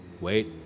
Wait